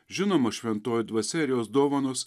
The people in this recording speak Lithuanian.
žinoma šventoji dvasia ir jos dovanos